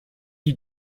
you